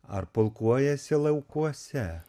ar pulkuojasi laukuose